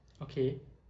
okay